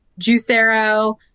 Juicero